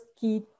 key